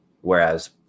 whereas